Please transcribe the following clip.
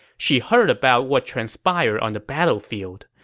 she heard about what transpired on the battlefield.